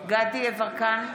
דסטה גדי יברקן,